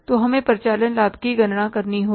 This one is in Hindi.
तो हमें परिचालन लाभ की गणना करनी होगी